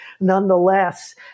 nonetheless